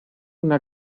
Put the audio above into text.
una